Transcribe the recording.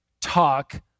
talk